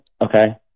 okay